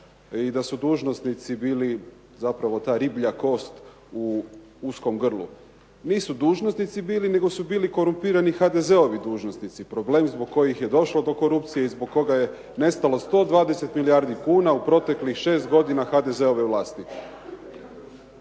I da su dužnosnici bili zapravo ta riblja kost u uskom grlu. Nisu dužnosnici bili, nego su bili korumpirani HDZ-ovi dužnosnici, problem zbog kojih je došlo do korupcije i zbog koga je nestalo 120 milijardi kuna u proteklih 6 godina HDZ-ove vlasti.